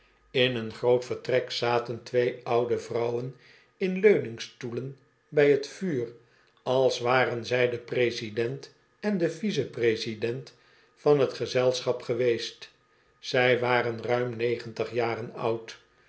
in een groot vertrek zaten twee oude vrouwen in leuningstoelen bij t vuur als waren zij de president en de vice-president van t gezelschap geweest zij waren ruim negentig jaren oud